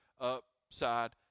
upside